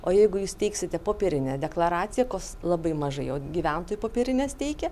o jeigu jūs teiksite popierinę deklaraciją kos labai mažai jau gyventojų popierines teikia